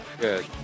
Good